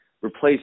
replace